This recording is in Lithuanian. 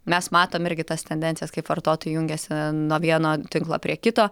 mes matom irgi tas tendencijas kaip vartotojai jungiasi nuo vieno tinklo prie kito